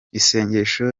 isengesho